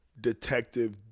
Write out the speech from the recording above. detective